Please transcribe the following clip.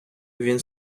він